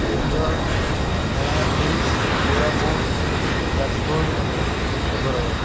Keonjhar Kalahandi Koraput Jajpur Sundargarh